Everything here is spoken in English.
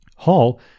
Hall